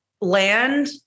land